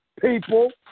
people